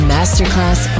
Masterclass